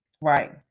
right